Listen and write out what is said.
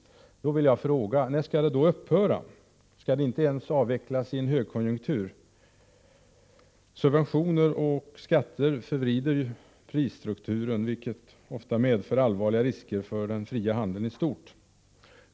Då vill jag fråga: När skall det då upphöra? Skall det inte avvecklas ens i en högkonjunktur? Subventioner och skatter förvrider prisstrukturen, vilket ofta medför allvarliga risker för den fria handeln i stort.